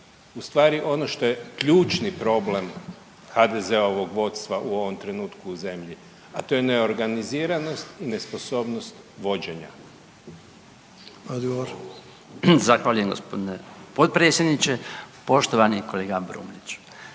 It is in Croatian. u stvari ono što je ključni problem HDZ-ovog vodstva u ovom trenutku u zemlji, a to je neorganiziranost i nesposobnost vođenja.